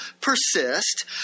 persist